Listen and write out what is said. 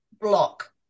block